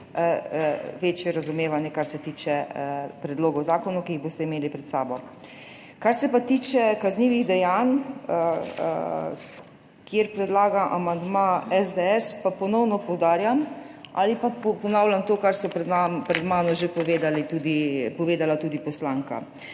večje razumevanje, kar se tiče predlogov zakonov, ki jih boste imeli pred sabo. Kar se tiče kaznivih dejanj, kjer predlaga amandma SDS, pa ponovno poudarjam ali pa ponavljam to, kar je pred mano že povedala tudi poslanka.